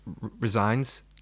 resigns